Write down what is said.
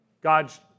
God's